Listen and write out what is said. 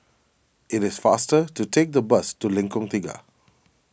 it is faster to take the bus to Lengkong Tiga